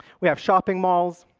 we have shopping malls,